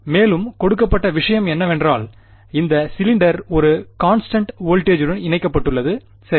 மேலும் கொடுக்கப்பட்ட விஷயம் என்னவென்றால் இந்த சிலிண்டர் ஒரு கான்ஸ்டன்ட் வோல்ட்டேஜ்ஜுடன் இணைக்கப்பட்டுள்ளது சரி